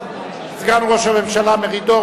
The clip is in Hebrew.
סגן ראש הממשלה מרידור,